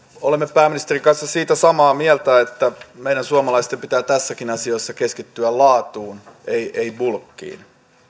olemme pääministerin kanssa siitä samaa mieltä että meidän suomalaisten pitää tässäkin asiassa keskittyä laatuun ei ei bulkkiin